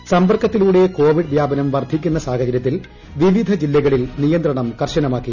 കേരളത്തിൽ സമ്പർക്കത്തിലൂടെ കോവിഡ് വ്യാപനം വർദ്ധിക്കുന്ന സാഹചര്യത്തിൽ വിവിധ ജില്ലകളിൽ നിയന്ത്രണം കർശനമാക്കി